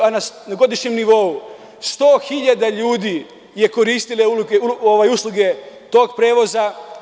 Na godišnjem nivou, 100.000 ljudi je koristilo usluge tog prevoza.